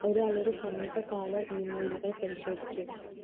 ഒരാളുടെ സമീപകാല ഇമെയിലുകൾ പരിശോധിക്കുക